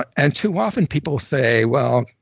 and too often people say, well,